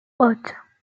ocho